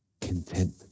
Content